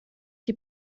chi